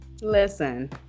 Listen